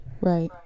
right